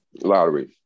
lottery